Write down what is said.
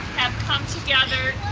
come together